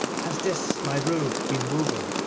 has this my robe been woven.